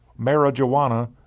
marijuana